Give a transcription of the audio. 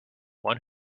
one